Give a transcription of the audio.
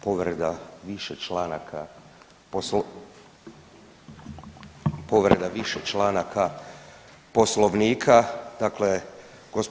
Povreda više članaka, povreda više članaka Poslovnika, dakle gđo.